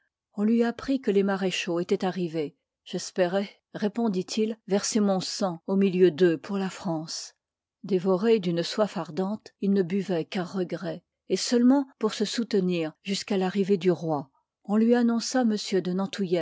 on lui apprit que les maréchaux étoient arrivés j'espérois répondit-il verser mon sang au milieu d'eux pour la france dévoré ii pirt d'une soif ardente il ne buvoit qu'à regret et seulement pour se soutenir jusqu'à l'arrivée du roi on lui annonça